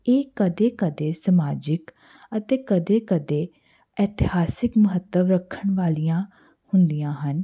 ਇਹ ਕਦੇ ਕਦੇ ਸਮਾਜਿਕ ਅਤੇ ਕਦੇ ਕਦੇ ਇਤਿਹਾਸਿਕ ਮਹੱਤਵ ਰੱਖਣ ਵਾਲੀਆਂ ਹੁੰਦੀਆਂ ਹਨ